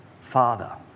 Father